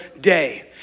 day